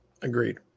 Agreed